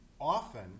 often